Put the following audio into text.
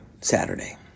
Saturday